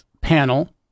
panel